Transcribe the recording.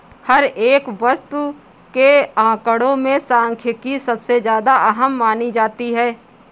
हर एक वस्तु के आंकडों में सांख्यिकी सबसे ज्यादा अहम मानी जाती है